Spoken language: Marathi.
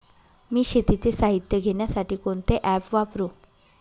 मी शेतीचे साहित्य घेण्यासाठी कोणते ॲप वापरु?